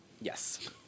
Yes